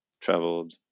traveled